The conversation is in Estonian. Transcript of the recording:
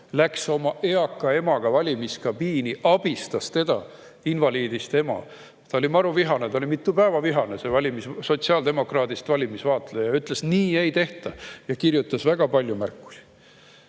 läks oma eaka emaga valimiskabiini ja abistas teda, invaliidist ema. Ta oli maruvihane, ta oli mitu päeva vihane. See sotsiaaldemokraadist valimisvaatleja ütles, et nii ei tehta, ja kirjutas väga palju märkusi.